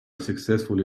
successfully